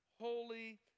holy